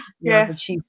Yes